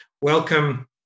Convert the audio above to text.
Welcome